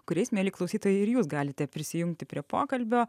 kuriais mieli klausytojai ir jūs galite prisijungti prie pokalbio